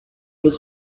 was